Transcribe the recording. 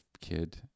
kid